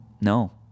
No